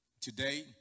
today